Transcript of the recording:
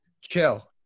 Chill